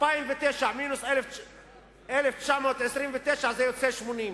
2009 מינוס 1929 יוצא 80,